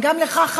וגם לך,